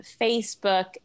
Facebook